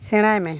ᱥᱮᱬᱟᱭᱢᱮ